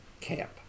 camp